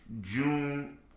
June